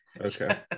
okay